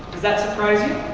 that surprise you?